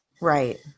Right